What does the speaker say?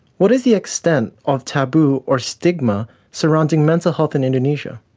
what is the extent of taboo or stigma surrounding mental health in indonesia?